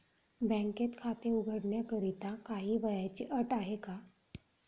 बँकेत खाते उघडण्याकरिता काही वयाची अट आहे का?